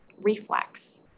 reflex